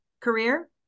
career